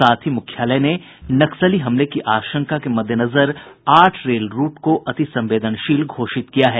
साथ ही मुख्यालय ने नक्सली हमले की आशंका के मद्देनजर आठ रेल रूट को अति संवेदनशील घोषित किया है